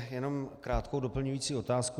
Jenom krátkou doplňující otázku.